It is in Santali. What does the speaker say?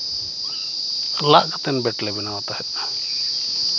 ᱞᱟᱜ ᱠᱟᱛᱮ ᱵᱮᱴ ᱞᱮ ᱵᱮᱱᱟᱣ ᱛᱟᱦᱮᱱ